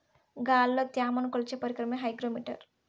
గాలిలో త్యమను కొలిచే పరికరమే హైగ్రో మిటర్